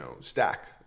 stack